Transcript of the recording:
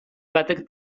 batek